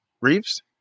Reeves